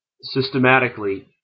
systematically